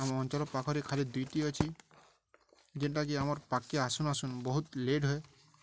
ଆମ ଅଞ୍ଚଲ ପାଖରେ ଖାଲି ଦୁଇଟି ଅଛି ଯେନ୍ଟାକି ଆମର୍ ପାଖ୍କେ ଆସୁ ଆସୁନ୍ ବହୁତ ଲେଟ୍ ହୁଏ